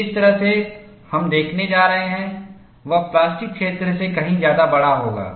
जिस तरह से हम देखने जा रहे हैं वह प्लास्टिक क्षेत्र से कहीं ज्यादा बड़ा होगा